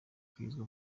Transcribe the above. kugezwa